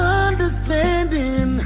understanding